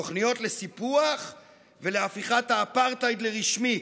תוכניות לסיפוח ולהפיכת האפרטהייד לרשמי.